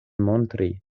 montri